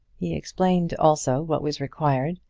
he explained also what was required,